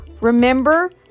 Remember